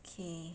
okay